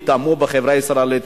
נטמעו בחברה הישראלית.